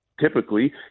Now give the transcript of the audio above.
Typically